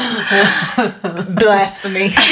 Blasphemy